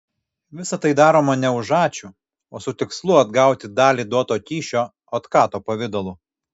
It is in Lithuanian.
visa tai daroma ne už ačiū o su tikslu atgauti dalį duoto kyšio otkato pavidalu